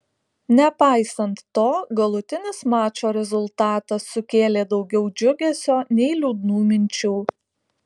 nepaisant to galutinis mačo rezultatas sukėlė daugiau džiugesio nei liūdnų minčių